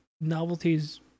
novelties